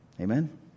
Amen